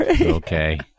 okay